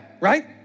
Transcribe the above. right